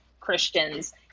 christians